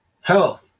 health